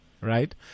right